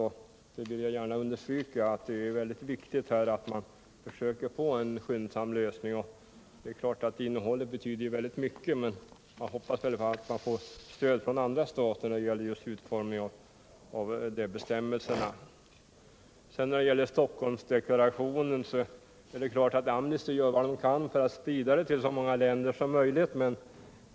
Jag vill gärna understryka att det är viktigt att man får en skyndsam lösning. Det är klart att innehållet betyder mycket, men jag hoppas att vi får stöd från de andra staterna när det gäller utformningen av bestämmelserna. Givetvis gör Amnesty International vad man kan för att sprida Stockholmsdeklarationen till så många länder som möjligt.